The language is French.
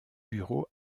bureaux